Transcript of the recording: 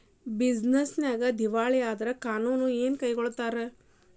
Business ನ್ಯಾಗ ದಿವಾಳಿ ಆದ್ರ ಕಾನೂನು ಏನ ಕ್ರಮಾ ಕೈಗೊಳ್ತಾರ?